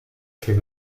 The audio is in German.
viel